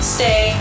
Stay